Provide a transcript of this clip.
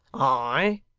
ay,